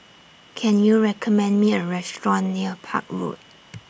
Can YOU recommend Me A Restaurant near Park Road